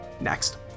Next